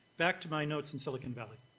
back to my notes in silicon valley.